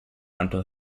until